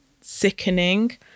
sickening